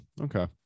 okay